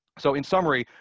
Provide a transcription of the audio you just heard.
so in summary,